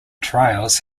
trials